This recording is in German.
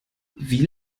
wie